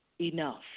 Enough